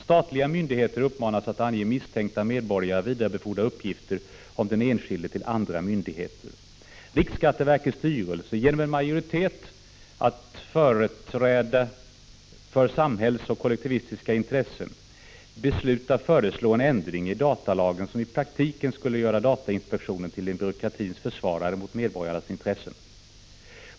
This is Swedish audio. Statliga myndigheter uppmanas att ange misstänkta medborgare och vidarebefordra uppgifter om den enskilde till andra myndigheter. En majoritet i riksskatteverkets styrelse, företrädande samhällsintressen och kollektivistiska intressen, beslutar föreslå en ändring i datalagen som i praktiken skulle göra datainspektionen till en byråkratins försvarare mot medborgarnas intressen.